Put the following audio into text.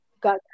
got